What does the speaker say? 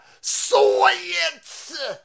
science